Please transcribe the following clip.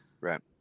right